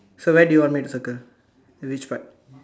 so where do you want me to circle which part